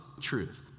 truth